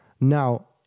Now